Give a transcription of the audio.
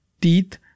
teeth